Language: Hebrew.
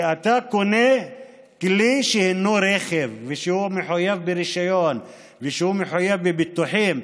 שאתה קונה כלי שהינו רכב ושהוא מחויב ברישיון ושהוא מחויב בביטוחים,